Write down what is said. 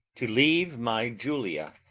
to leave my julia,